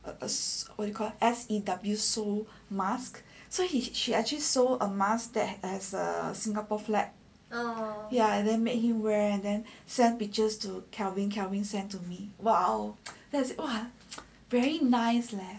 what you call S E W mask so he she actually sew a mask there has a singapore flag ya then made him send pictures to kelvin then kelvin send to me !wow! !wah! very nice leh